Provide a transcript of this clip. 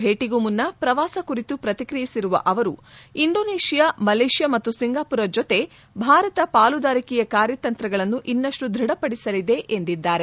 ಭೇಟಗೂ ಮುನ್ನ ಪ್ರವಾಸ ಕುರಿತು ಪ್ರತಿಕ್ರಿಯಿಸಿರುವ ಅವರು ಇಂಡೊನೇಷ್ಯಾ ಮಲೇಷ್ಯಾ ಮತ್ತು ಸಿಂಗಾಪುರ ಜತೆ ಭಾರತ ಪಾಲುದಾರಿಕೆಯ ಕಾರ್ಯತಂತ್ರಗಳನ್ನು ಇನ್ನಷ್ಟು ದೃಢಪಡಿಸಲಿದೆ ಎಂದಿದ್ದಾರೆ